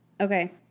Okay